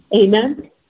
Amen